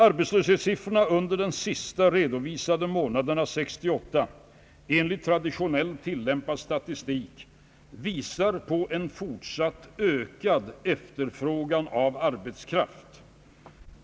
Arbetslöshetssiffrorna under de senast redovisade månaderna 1968 visar enligt traditionellt tillämpad statistik på en fortsatt ökad efterfrågan på arbetskraft.